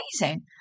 amazing